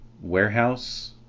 warehouse